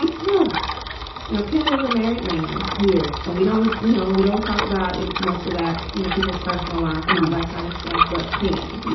and now, pan is a married man. he is. so we don't know. we don't talk about much of that. you know, people's personal lives and all that kind of stuff. but pan,